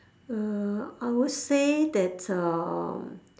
uh I would say that um